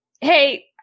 hey